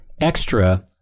extra